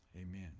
amen